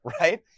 right